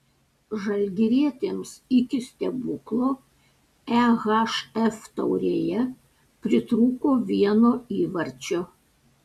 žalgirietėms iki stebuklo ehf taurėje pritrūko vieno įvarčio